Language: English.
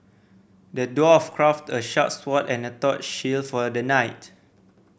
the dwarf crafted a sharp sword and a tough shield for the knight